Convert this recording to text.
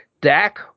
Dak